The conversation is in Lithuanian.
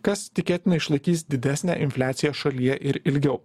kas tikėtina išlaikys didesnę infliaciją šalyje ir ilgiau